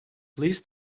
least